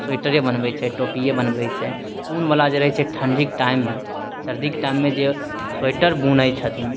स्वेटरे बनबै छै टोपिये बनबै छै ऊन बला जे रहै छै ठण्डीके टाइममे सर्दीके टाइममे जे स्वेटर बुनै छथिन